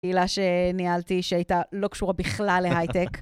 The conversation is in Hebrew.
קהילה שניהלתי שהייתה לא קשורה בכלל להייטק.